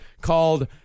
called